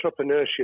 entrepreneurship